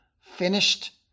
finished